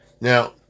Now